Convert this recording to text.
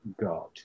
God